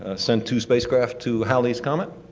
ah sent two spacecrafts to halley's comet